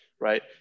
right